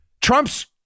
Trump's